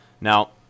Now